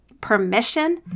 permission